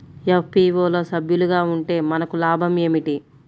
FPO లో సభ్యులుగా ఉంటే మనకు లాభం ఏమిటి?